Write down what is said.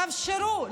תאפשרו.